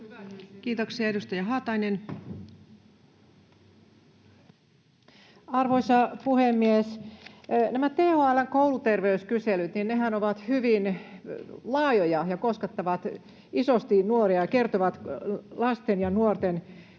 Kiitoksia. — Edustaja Haatainen. Arvoisa puhemies! Nämä THL:n kouluterveyskyselythän ovat hyvin laajoja ja koskettavat isosti nuoria ja kertovat lasten ja nuorten asioista.